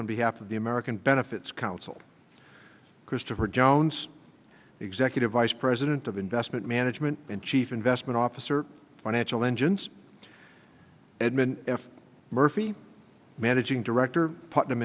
on behalf of the american benefits council christopher jones executive vice president of investment management and chief investment officer financial engines edmund f murphy managing director putnam